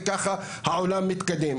וככה העולם מתקדם.